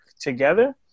together